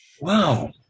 Wow